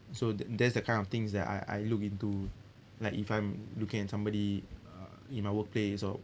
so that that's the kind of things that I I look into like if I'm looking at somebody in my workplace or